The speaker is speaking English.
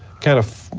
kind of,